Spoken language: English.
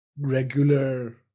regular